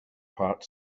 part